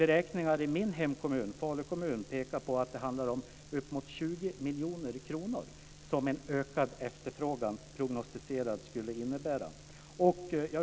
Beräkningar i min hemkommun, Falu kommun, pekar på att det handlar om uppemot 20 miljoner kronor som en prognostiserad ökad efterfrågan skulle innebära.